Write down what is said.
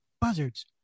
buzzards